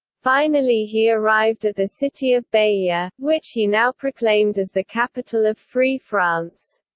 finally he arrived at the city of bayeux, yeah which he now proclaimed as the capital of free france.